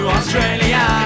Australia